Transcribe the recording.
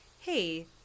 hey